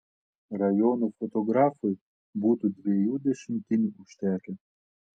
rajono fotografui būtų dviejų dešimtinių užtekę